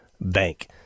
Bank